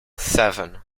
seven